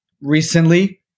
recently